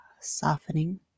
Softening